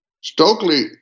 Stokely